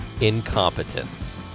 incompetence